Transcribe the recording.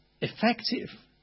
effective